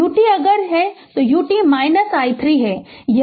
u t अगर यह u t i 3है